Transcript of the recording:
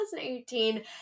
2018